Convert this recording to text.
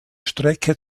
strecke